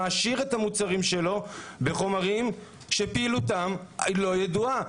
מעשיר את המוצרים שלו בחומרים שפעילותם לא ידועה?